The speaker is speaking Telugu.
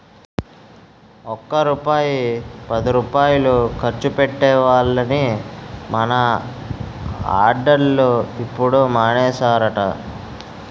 ఒక్క రూపాయి పదిరూపాయలు ఖర్చు పెట్టే వోళ్లని మని ఆర్డర్లు ఇప్పుడు మానేసారట